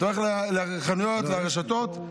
אתה הולך לחנויות ולרשתות.